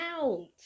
out